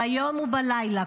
ביום ובלילה,